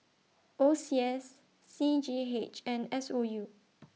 O C S C G H and S O U